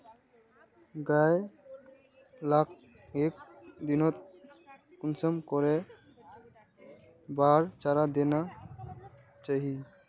गाय लाक एक दिनोत कुंसम करे बार चारा देना चही?